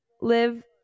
live